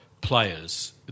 players